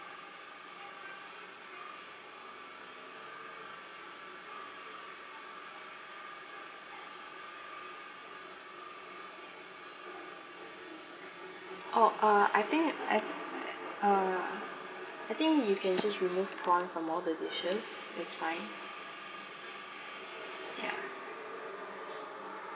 orh uh I think I uh I think you can just remove prawn from all the dishes it's fine ya